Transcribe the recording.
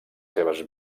seves